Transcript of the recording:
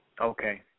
Okay